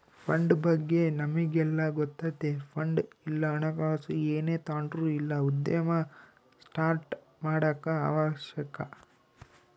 fund ಬಗ್ಗೆ ನಮಿಗೆಲ್ಲ ಗೊತ್ತತೆ ಫಂಡ್ ಇಲ್ಲ ಹಣಕಾಸು ಏನೇ ತಾಂಡ್ರು ಇಲ್ಲ ಉದ್ಯಮ ಸ್ಟಾರ್ಟ್ ಮಾಡಾಕ ಅವಶ್ಯಕ